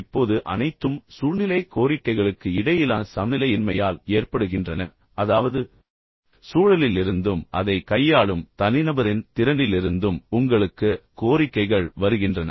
இப்போது அனைத்தும் சூழ்நிலை கோரிக்கைகளுக்கு இடையிலான சமநிலையின்மையால் ஏற்படுகின்றன அதாவது சூழலிலிருந்தும் அதை கையாளும் தனிநபரின் திறனிலிருந்தும் உங்களுக்கு கோரிக்கைகள் வருகின்றன